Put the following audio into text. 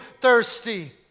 thirsty